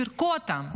פירקו אותם,